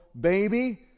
baby